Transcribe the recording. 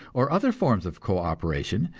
or other forms of co-operation,